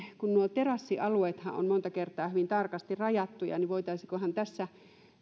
terassialueethan ovat monta kertaa hyvin tarkasti rajattuja niin voitaisiinkohan tässä